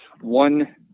one